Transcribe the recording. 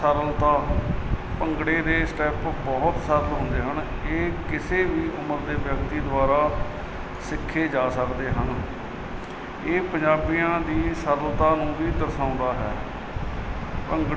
ਸਰਲਤਾ ਭੰਗੜੇ ਦੇ ਸਟੈਪ ਬਹੁਤ ਸਰਲ ਹੁੰਦੇ ਹਨ ਇਹ ਕਿਸੇ ਵੀ ਉਮਰ ਦੇ ਵਿਅਕਤੀ ਦੁਆਰਾ ਸਿੱਖੇ ਜਾ ਸਕਦੇ ਹਨ ਇਹ ਪੰਜਾਬੀਆਂ ਦੀ ਸਰਲਤਾ ਨੂੰ ਵੀ ਦਰਸਾਉਂਦਾ ਹੈ ਭੰਗੜਾ